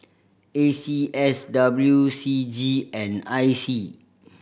A C S W C G and I C